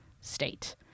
state